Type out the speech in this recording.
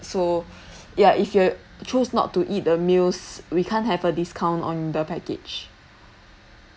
so ya if you're choose not to eat the meals we can't have a discount on the package